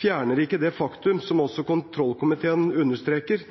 fjerner ikke det faktum, som også kontrollkomiteen understreker,